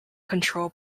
control